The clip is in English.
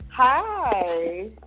Hi